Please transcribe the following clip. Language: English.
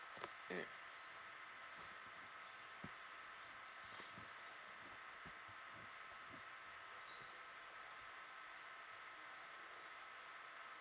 mm